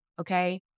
okay